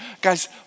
guys